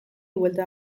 buelta